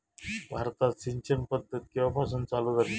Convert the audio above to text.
भारतात सिंचन पद्धत केवापासून चालू झाली?